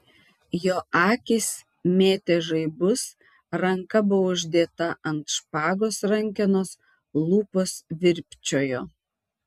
jo akys mėtė žaibus ranka buvo uždėta ant špagos rankenos lūpos virpčiojo